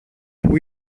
που